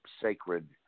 sacred